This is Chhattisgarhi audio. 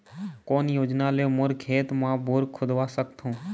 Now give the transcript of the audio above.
कोन योजना ले मोर खेत मा बोर खुदवा सकथों?